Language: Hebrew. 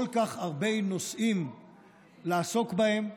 כל כך הרבה נושאים לעסוק בהם,